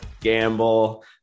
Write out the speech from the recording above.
gamble